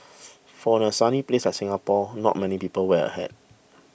for a sunny place like Singapore not many people wear a hat